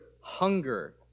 hunger